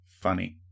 Funny